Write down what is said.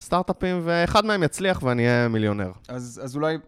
סטארט-אפים ואחד מהם יצליח ואני אהיה מיליונר. אז אולי...